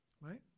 right